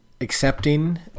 accepting